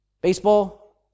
Baseball